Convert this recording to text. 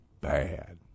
bad